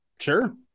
sure